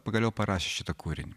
pagaliau parašė šitą kūrinį